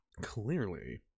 clearly